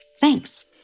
Thanks